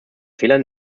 fehlern